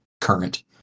current